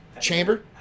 chamber